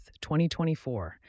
2024